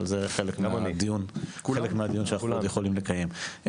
אבל זה חלק מהדיון שאנחנו עוד יכולים לקיים.